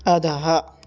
अधः